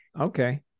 Okay